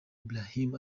brahim